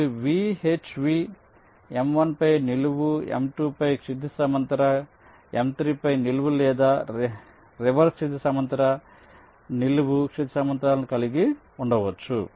మీరు VHV m1 పై నిలువు m2 పై క్షితిజ సమాంతర m3 పై నిలువు లేదా రివర్స్ క్షితిజ సమాంతర నిలువు క్షితిజ సమాంతరాలను కలిగి ఉండవచ్చు